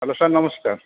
hello sir ନମସ୍କାର